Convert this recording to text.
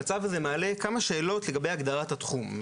המצב הזה מעלה כמה שאלות לגבי הגדרת התחום,